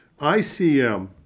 ICM